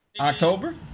October